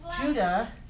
Judah